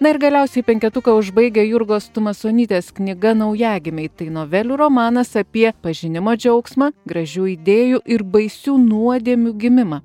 na ir galiausiai penketuką užbaigia jurgos tumasonytės knyga naujagimiai tai novelių romanas apie pažinimo džiaugsmą gražių idėjų ir baisių nuodėmių gimimą